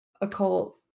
occult